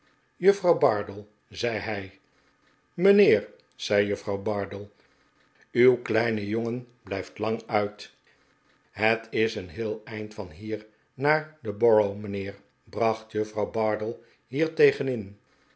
juffrouw bardell zei hij mijnheer zei juffrouw bardell uw kleine jongen blijft lang uit het is een heel eind van hier naar de borough mijnheer bracht juffrouw bardell hier tegen